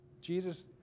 Jesus